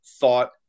thought